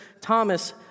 Thomas